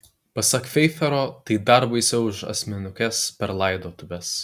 pasak feifero tai dar baisiau už asmenukes per laidotuves